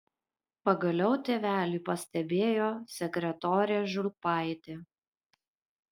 pagaliau tėvelį pastebėjo sekretorė žulpaitė